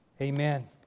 Amen